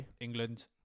England